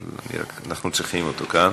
אנחנו צריכים אותו כאן.